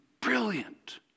brilliant